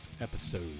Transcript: episode